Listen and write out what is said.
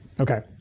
Okay